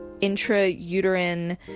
intrauterine